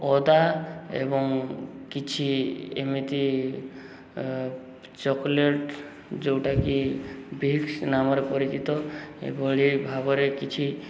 ଅଦା ଏବଂ କିଛି ଏମିତି ଚକୋଲେଟ୍ ଯେଉଁଟାକି ଭିକ୍ସ ନାମରେ ପରିଚିତ ଏଭଳି ଭାବରେ କିଛି